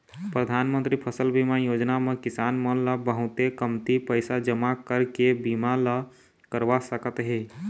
परधानमंतरी फसल बीमा योजना म किसान मन ल बहुते कमती पइसा जमा करके बीमा ल करवा सकत हे